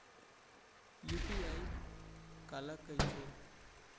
UPI काला कहिथे?